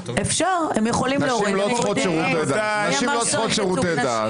נשים לא צריכות שירותי דת...